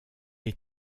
est